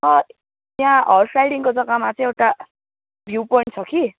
sir त्यहाँ horse राइडिङको जग्गामा चाहिँ एउटा भ्यु पोइन्ट छ कि